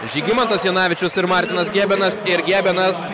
žygimantas janavičius ir martinas gebenas ir gebenas